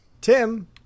Tim